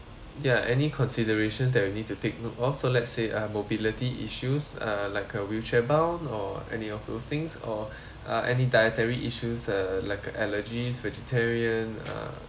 ya any considerations that we need to take note of so let's say uh mobility issues uh like a wheelchair bound or any of those things or uh any dietary issues uh like uh allergies vegetarian uh